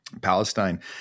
Palestine